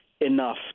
enough